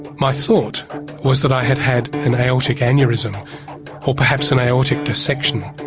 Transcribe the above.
my thought was that i had had an aortic aneurysm or perhaps an aortic dissection.